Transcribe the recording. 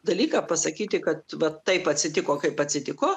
dalyką pasakyti kad va taip atsitiko kaip atsitiko